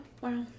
Wow